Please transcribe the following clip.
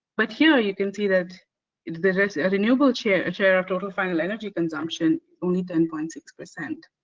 but here you can see that the renewable share share of total final energy consumption only ten point six percent.